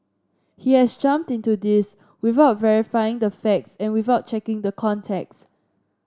he has jumped into this without verifying the facts and without checking the context